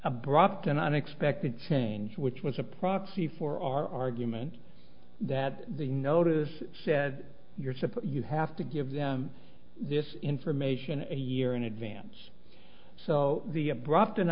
abrupt and unexpected change which was a proxy for argument that the notice said your chip you have to give them this information a year in advance so the abrupt and